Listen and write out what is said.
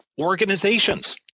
organizations